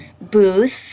booth